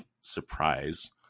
surprise